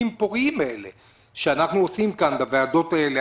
הפוריים האלה שאנחנו עושים כאן בוועדות האלה.